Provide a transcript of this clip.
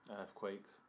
Earthquakes